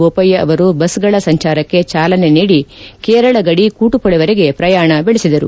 ಬೋಪಯ್ಯ ಅವರು ಬಸ್ಗಳ ಸಂಚಾರಕ್ಕೆ ಚಾಲನೆ ನೀಡಿ ಕೇರಳ ಗಡಿ ಕೂತುಪೊಳೆವರೆಗೆ ಪ್ರಯಾಣ ಬೆಳೆಸಿದರು